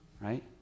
right